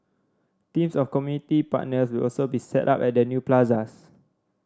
teams of community partners will also be set up at the new plazas